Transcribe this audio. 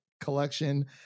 collection